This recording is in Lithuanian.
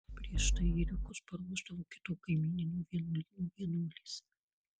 prieš tai ėriukus paruošdavo kito kaimyninio vienuolyno vienuolės